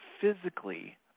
physically